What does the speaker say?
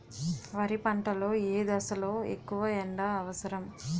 వరి పంట లో ఏ దశ లొ ఎక్కువ ఎండా అవసరం?